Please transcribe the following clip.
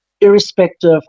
irrespective